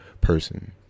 person